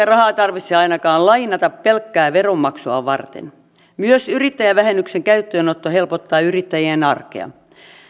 rahaa tarvitse ainakaan lainata pelkkää veronmaksua varten myös yrittäjävähennyksen käyttöönotto helpottaa yrittäjien arkea